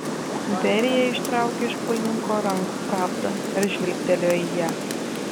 berija ištraukė iš pulkininko rankų pravdą ir žvilgtelėjo į ją